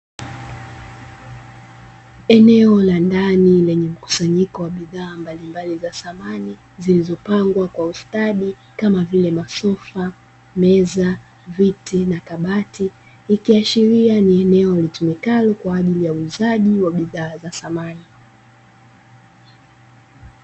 Eneo la ndani lenye mkusanyiko wa bidhaa mbalimbali za samani zilizopangwa kwa ustadi kama vile masofa, meza, viti na kabati ikiashiria ni eneo litumikalo kwa ajili ya uuzaji wa bidhaa za samani.